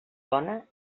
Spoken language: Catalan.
bona